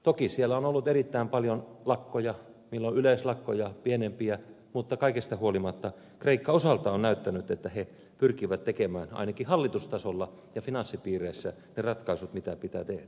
toki siellä on ollut erittäin paljon lakkoja milloin yleislakkoja milloin pienempiä mutta kaikesta huolimatta kreikka osaltaan on näyttänyt että he pyrkivät tekemään ainakin hallitustasolla ja finanssipiireissä ne ratkaisut mitä pitää tehdä